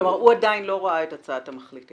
כלומר, הוא עדיין לא ראה את הצעת המחליטים.